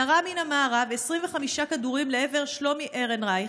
ירה מן המארב 25 כדורים לעבר שלומי ארנרייך,